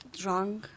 drunk